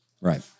Right